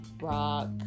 rock